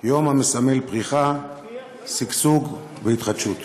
יום המסמל פריחה, שגשוג והתחדשות.